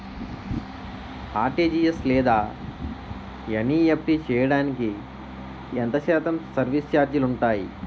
RTGS లేదా NEFT చేయడానికి ఎంత శాతం సర్విస్ ఛార్జీలు ఉంటాయి?